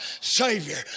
Savior